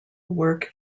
work